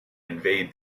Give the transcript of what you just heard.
invade